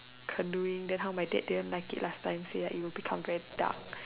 canoeing then how my dad didn't like it last time say it will become very dark